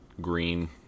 green